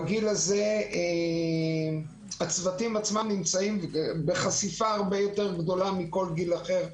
בגיל הזה הצוותים עצמם נמצאים בחשיפה הרבה יותר גדולה מכל גיל אחר.